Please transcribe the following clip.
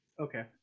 Okay